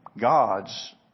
gods